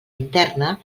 interna